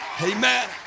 Amen